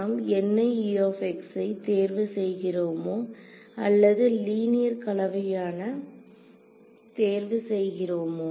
நாம் ஐ தேர்வு செய்கிறோமோ அல்லது லீனியர் கலவையான தேர்வு செய்கிறோமோ